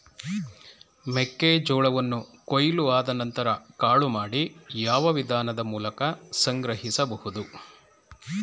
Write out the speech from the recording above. ಮೆಕ್ಕೆ ಜೋಳವನ್ನು ಕೊಯ್ಲು ಆದ ನಂತರ ಕಾಳು ಮಾಡಿ ಯಾವ ವಿಧಾನದ ಮೂಲಕ ಸಂಗ್ರಹಿಸಬಹುದು?